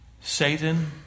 Satan